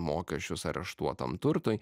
mokesčius areštuotam turtui